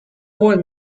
one